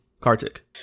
Kartik